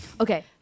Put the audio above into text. Okay